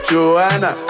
Joanna